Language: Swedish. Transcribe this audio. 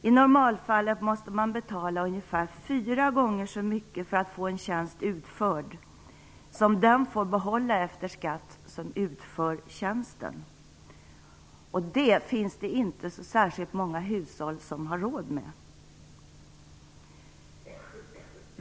I normalfallet måste man betala ungefär fyra gånger så mycket för att få en tjänst utförd som den som utför tjänsten får behålla efter skatt. Det finns inte så särskilt många hushåll som har råd med det.